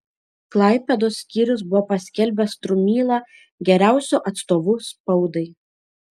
klaipėdos skyrius buvo paskelbęs strumylą geriausiu atstovu spaudai